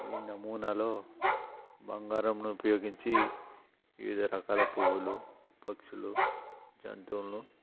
ఈ నమూనాలో బంగారంను ఉపయోగించి వివిధ రకాల పువ్వులు పక్షులు జంతువులను